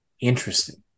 interesting